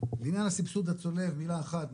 בענין הסבסוד הצולב מילה אחת,